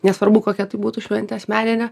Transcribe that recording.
nesvarbu kokia tai būtų šventė asmeninė